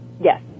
Yes